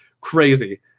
Crazy